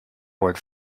word